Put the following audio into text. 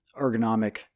ergonomic